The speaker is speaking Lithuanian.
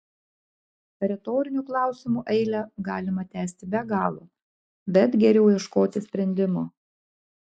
retorinių klausimų eilę galima tęsti be galo bet geriau ieškoti sprendimo